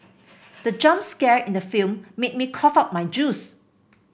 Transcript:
the jump scare in the film made me cough out my juice